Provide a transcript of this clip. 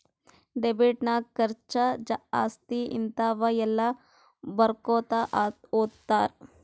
debit ನಾಗ್ ಖರ್ಚಾ, ಆಸ್ತಿ, ಹಿಂತಾವ ಎಲ್ಲ ಬರ್ಕೊತಾ ಹೊತ್ತಾರ್